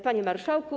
Panie Marszałku!